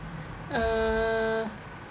uh